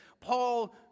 Paul